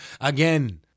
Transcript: again